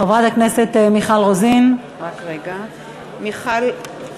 חברת הכנסת מיכל רוזין, הצבעת כבר.